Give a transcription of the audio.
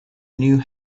new